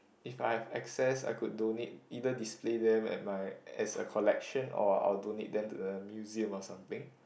if I have excess I could donate either display them at my as a collection or I'll donate them to a museum or something